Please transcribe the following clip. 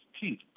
teeth